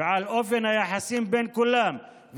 ועל אופן היחסים בין כולם,